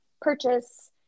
purchase